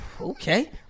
Okay